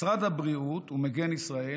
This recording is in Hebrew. משרד הבריאות ומגן ישראל,